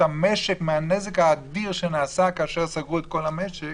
המשק מהנזק האדיר שנעשה כאשר סגרו את כל המשק.